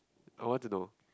I want to know